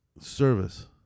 service